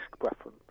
preference